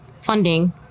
funding